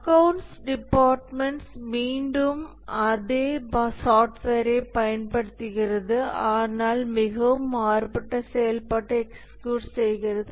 accounts department மீண்டும் அதே சாஃப்ட்வேரை பயன்படுத்துகிறது ஆனால் மிகவும் மாறுபட்ட செயல்பாட்டை எக்ஸ்கியூட் செய்கிறது